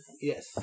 Yes